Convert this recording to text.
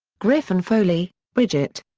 griffen-foley, bridget.